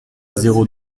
zéro